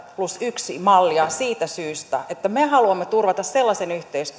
yksi mallia siitä syystä että me haluamme turvata sellaisen yhteiskunnan jossa kaikkien suomalaisten perusoikeudet